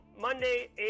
monday